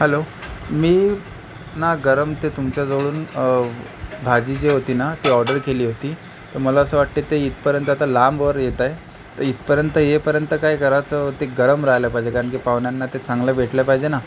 hello मी ना गरम ते तुमच्या जवळून भाजी जे होती ना ती ऑर्डर केली होती तर मला असं वाटते ते इथपर्यंत आता लांबवर येत आहे तर इथपर्यंत येईपर्यंत काय करायचं ते गरम राहिलं पाहिजे कारण की पाहुण्यांना ते चांगलं भेटल्या पाहिजे ना